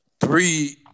three